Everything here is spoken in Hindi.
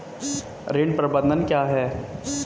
ऋण प्रबंधन क्या है?